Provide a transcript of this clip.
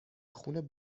خون